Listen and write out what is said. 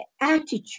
attitude